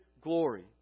glory